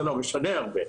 זה לא משנה הרבה,